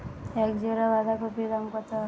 এক জোড়া বাঁধাকপির দাম কত?